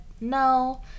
no